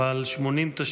אבל 80%,